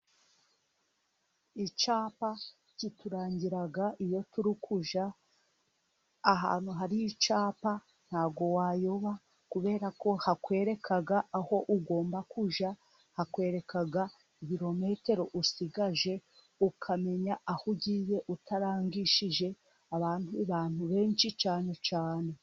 Icyapa kiturangira iyo turi kujya, ahantu hari icyapa ntabwo wayoba, kubera ko hakwereka aho ugomba kujya, hakwereka ibirometero usigaje, ukamenya aho ugiye utarangishije abantu abantu benshi cyane cyane.